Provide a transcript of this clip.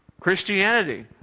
Christianity